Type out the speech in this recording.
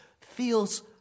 feels